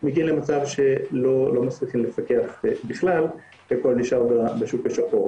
מגיעים למצב שלא מצליחים לפקח בכלל והכל נשאר בשוק השחור.